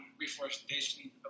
reforestation